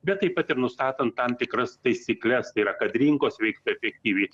bet taip pat ir nustatant tam tikras taisykles tai yra kad rinkos veiktų efektyviai